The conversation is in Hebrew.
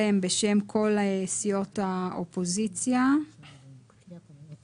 בסעיף 85א(ה1)(1), אחרי "המנהל"